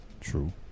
True